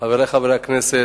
חברי חברי הכנסת,